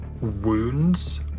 wounds